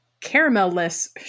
caramel-less